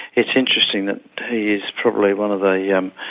it's interesting that he is probably one of the yeah um